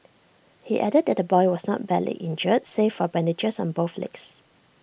he added that the boy was not badly injured save for bandages on both legs